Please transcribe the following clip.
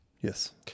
Yes